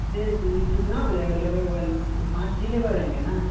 है तेरी कितना हो जाएगा लेबर बल पाँच ही लेबर रहेंगे न